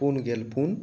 ᱯᱩᱱ ᱜᱮᱞ ᱯᱩᱱ